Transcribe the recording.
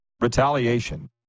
retaliation